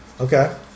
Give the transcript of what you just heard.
Okay